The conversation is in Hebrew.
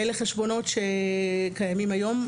אלה חשבונות שקיימים היום,